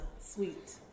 sweet